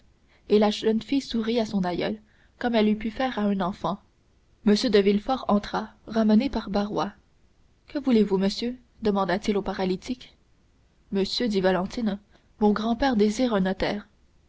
et la jeune fille sourit à l'aïeul comme elle eût pu faire à un enfant m de villefort entra ramené par barrois que voulez-vous monsieur demanda-t-il au paralytique monsieur dit valentine mon grand-père désire un notaire